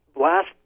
last